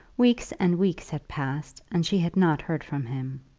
weeks and weeks had passed, and she had not heard from him.